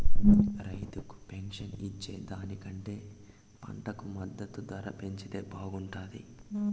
రైతులకు పెన్షన్ ఇచ్చే దానికంటే పంటకు మద్దతు ధర పెంచితే బాగుంటాది